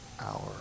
hour